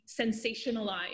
sensationalized